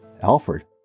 Alfred